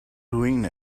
doing